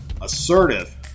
assertive